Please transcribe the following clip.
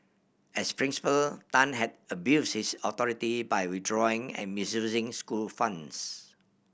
as principal Tan had abuse his authority by withdrawing and misusing school funds